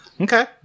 Okay